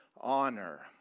honor